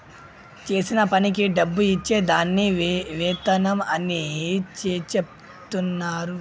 చేసిన పనికి డబ్బు ఇచ్చే దాన్ని వేతనం అని చెచెప్తున్నరు